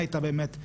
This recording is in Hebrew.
כמו דברים אחרים.